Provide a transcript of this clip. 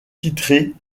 titrés